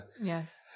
Yes